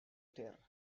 ter